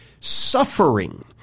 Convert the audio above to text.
suffering